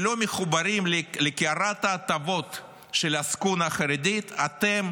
שלא מחוברים לקערת ההטבות של העסקונה החרדית, אתם